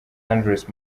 angeles